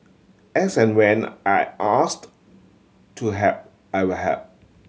as and when I asked to help I'll help